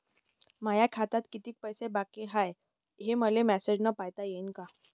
माया खात्यात कितीक पैसे बाकी हाय, हे मले मॅसेजन पायता येईन का?